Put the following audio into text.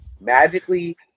Magically